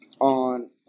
on